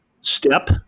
step